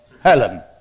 Helen